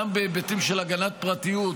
גם בהיבטים של הגנת פרטיות,